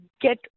get